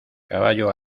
caballo